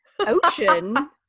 ocean